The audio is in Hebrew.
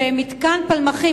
במתקן פלמחים,